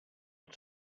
het